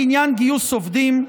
בעניין גיוס עובדים,